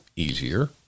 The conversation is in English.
easier